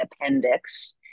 appendix